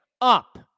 up